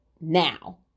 now